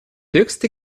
höchste